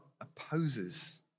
opposes